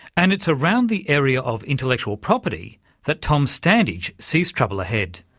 and it's around the area of intellectual property that tom standage sees trouble ahead.